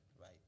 right